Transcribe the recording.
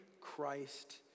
Christ